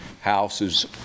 houses